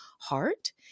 heart